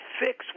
fix